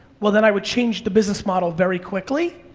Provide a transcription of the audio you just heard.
well, then i would change the business model very quickly,